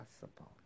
possible